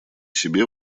себе